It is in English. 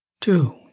Two